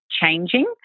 changing